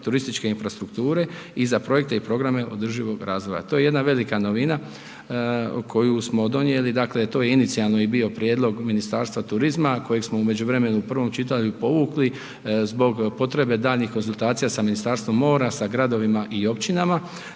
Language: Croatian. turističke infrastrukture i za projekte i programe održivog razvoja. To je jedna velika novina koju smo donijeli dakle to je inicijalno i bio prijedlog Ministarstva turizma kojeg smo u međuvremenu u prvom čitanju povukli zbog potrebe daljnjih konzultacija sa Ministarstvom mora, sa gradovima i općinama